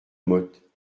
mottes